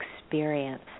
experience